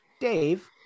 Dave